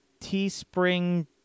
Teespring